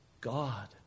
God